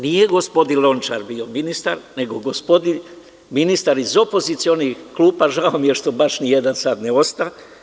Nije gospodin Lončar bio ministar, nego gospodin ministar iz opozicionih klupa, i žao mi je što baš nijedan ne osta?